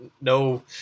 no